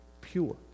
pure